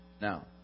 Now